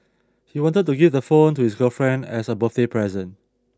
he wanted to give the phone to his girlfriend as a birthday present